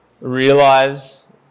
realize